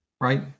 right